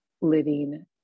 living